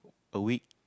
a week